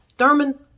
Thurman